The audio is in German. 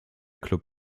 club